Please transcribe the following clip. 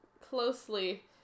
closely